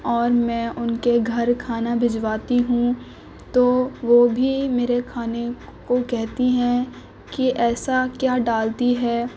اور میں ان کے گھر کھانا بھیجواتی ہوں تو وہ بھی میرے کھانے کو کہتی ہیں کہ ایسا کیا ڈالتی ہے